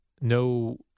no